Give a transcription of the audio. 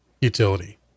utility